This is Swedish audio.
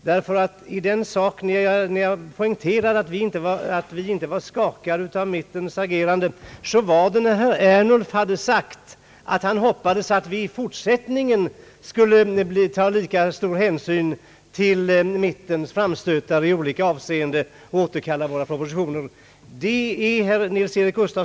När jag poängterade att vi inte var skakade av mittens agerande, var det därför att herr Ernulf hade sagt att han hoppades att vi i fortsättningen skulle ta lika stor hänsyn till mittenpartiernas framstötar i olika avseenden och återkalla våra propositioner.